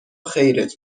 خیرت